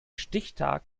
stichtag